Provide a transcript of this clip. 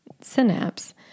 synapse